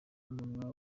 umunwa